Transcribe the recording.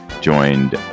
joined